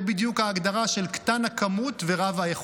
זו בדיוק ההגדרה של קטן הכמות ורב האיכות.